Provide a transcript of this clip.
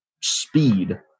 speed